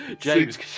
James